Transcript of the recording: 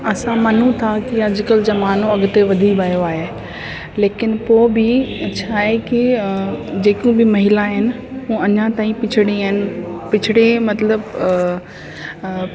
असां मञूं था की अॼुकल्ह ज़मानो अॻिते वधी वियो आहे लेकिन पोइ बि छाहे की जेकियूं बि महिला आहिनि हूअ अञा ताईं पिछड़े आहिनि पिछड़े मतिलबु अ